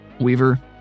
weaver